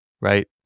right